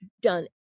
done